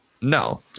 No